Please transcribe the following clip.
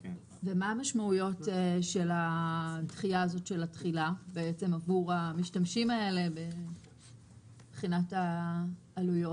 ומה המשמעות של הדחייה בתחילה עבור המשתמשים מבחינת עלויות?